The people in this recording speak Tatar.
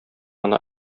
гына